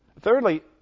Thirdly